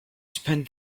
spend